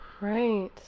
Right